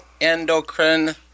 endocrine